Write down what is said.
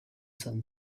sun